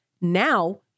now